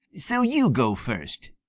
so you go first.